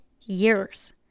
years